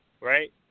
right